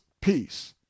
peace